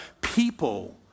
people